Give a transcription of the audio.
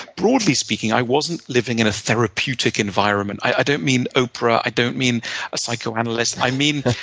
broadly speaking, i wasn't living in a therapeutic environment. i don't mean oprah. i don't mean a psychoanalyst. i mean,